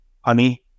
honey